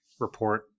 report